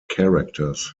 characters